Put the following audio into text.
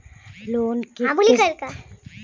Loan की किश्त कैसे जमा करें?